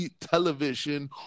television